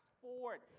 forward